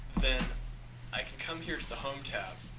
then i can come here to the home tab